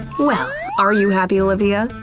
well, are you happy olivia?